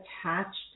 attached